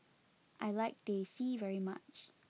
I like Teh C very much